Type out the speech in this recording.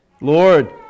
Lord